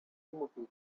immobile